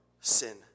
sin